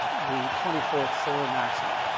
the twenty fourth solar maximum.